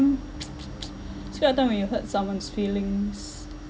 describe a time when you hurt someone's feelings